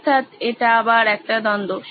অর্থাৎ এটি আবার একটি দ্বন্দ্ব